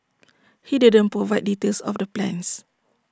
he didn't provide details of the plans